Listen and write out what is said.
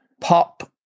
pop